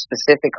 specific